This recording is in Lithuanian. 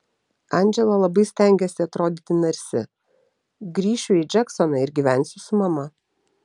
andžela labai stengiasi atrodyti narsi grįšiu į džeksoną ir gyvensiu su mama